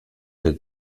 der